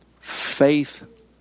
Faith